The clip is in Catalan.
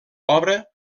obra